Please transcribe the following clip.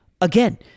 again